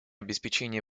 обеспечение